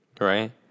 Right